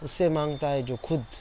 اُس سے مانگتا ہے جو خود